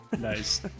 Nice